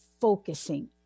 focusing